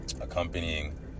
accompanying